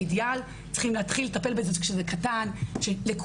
האידיאל צריכים להתחיל לטפל בזה כשזה קטן לכולם.